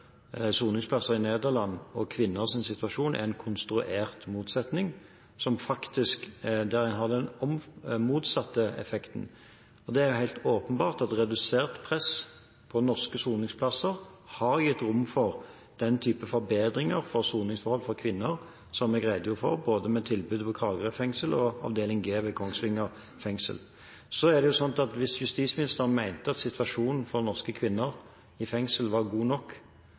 soningsplasser i Nederland og kvinners situasjon, er en konstruert motsetning. Det vil faktisk ha den motsatte effekten – det er jo helt åpenbart at redusert press på norske soningsplasser har gitt rom for den typen forbedringer i soningsforhold for kvinner som jeg redegjorde for, både med tilbudet ved Kragerø fengsel og på avdeling G ved Kongsvinger fengsel. Hvis justisministeren mente at situasjonen for norske kvinner i fengsel var god nok,